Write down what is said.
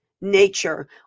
nature